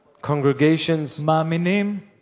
Congregations